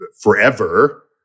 forever